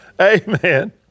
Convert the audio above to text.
Amen